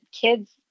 kids